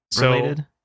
related